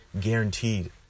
guaranteed